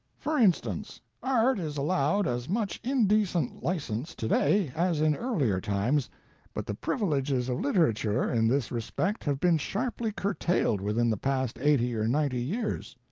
for instance, art is allowed as much indecent license to-day as in earlier times but the privileges of literature in this respect have been sharply curtailed within the past eighty or ninety years.